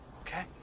okay